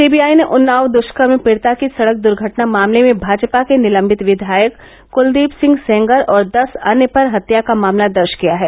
CBI ने उन्नाव द्ष्कर्म पीडिता की सड़क द्र्घटना मामले में भाजपा के निलम्बित विधायक कृलदीप सिंह सेंगर और दस अन्य पर हत्या का मामला दर्ज किया है